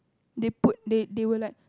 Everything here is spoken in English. they put they they were like